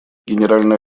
генеральная